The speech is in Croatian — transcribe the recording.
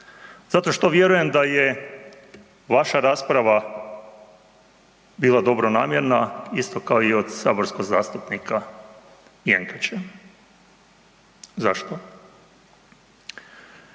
Zato što vjerujem da je vaša rasprava bila dobronamjerna isto kao i od saborskog zastupnika Jenkača. Zašto?